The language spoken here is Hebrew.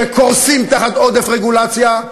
שקורסים תחת עודף רגולציה,